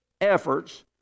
efforts